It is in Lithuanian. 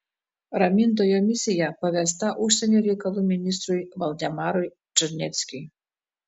ramintojo misija pavesta užsienio reikalų ministrui valdemarui čarneckiui